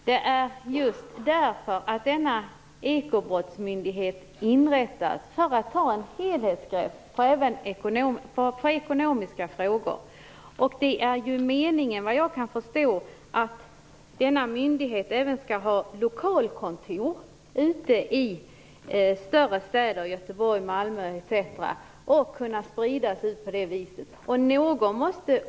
Herr talman! Det är just därför denna ekobrottsmyndighet inrättas, för att ta ett helhetsgrepp på ekonomiska frågor. Det är ju meningen, vad jag kan förstå, att denna myndighet även skall ha lokalkontor i större städer, Göteborg, Malmö, etc., och kunna sprida ut verksamheten på det viset.